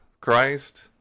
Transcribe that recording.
Christ